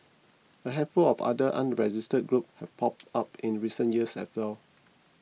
a handful of other unregistered groups have popped up in recent years as well